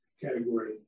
category